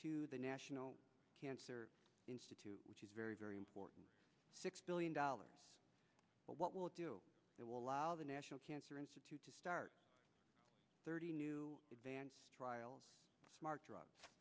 to the national cancer institute which is very very important six billion dollars what will it do that will allow the national cancer institute to start thirty new trials smart drugs